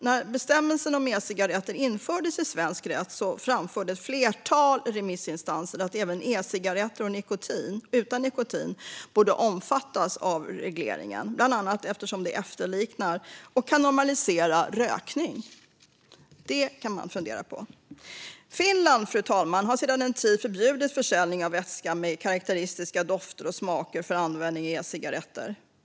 När bestämmelserna om e-cigaretter infördes i svensk rätt framförde ett flertal remissinstanser att även e-cigaretter utan nikotin borde omfattas av regleringen, bland annat eftersom de efterliknar och kan normalisera rökning. Det kan man fundera på. Fru talman! Finland har sedan en tid ett förbud mot försäljning av vätska med karakteristiska dofter och smaker för användning i e-cigaretter.